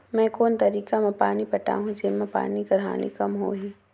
मैं कोन तरीका म पानी पटाहूं जेमा पानी कर हानि कम होही?